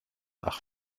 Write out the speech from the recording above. ach